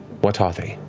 what are they?